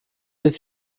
ist